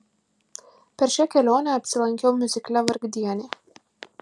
per šią kelionę apsilankiau miuzikle vargdieniai